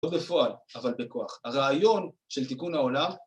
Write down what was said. ‫לא בפועל, אבל בכוח. ‫הרעיון של תיקון העולם...